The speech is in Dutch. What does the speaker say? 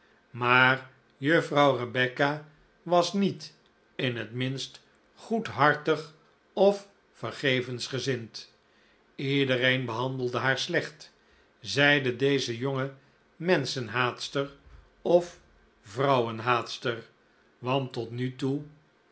maar juffrouw rebecca was niet in het minst goedhartig of vergevensgezind iedereen behandelde haar slecht zeide deze jonge menschenhaatster of vrouwenhaatster want tot nu toe